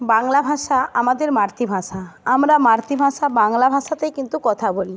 বাংলা ভাষা আমাদের মাতৃভাষা আমরা মাতৃভাষা বাংলা ভাষাতেই কিন্তু কথা বলি